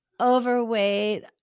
overweight